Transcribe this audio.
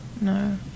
No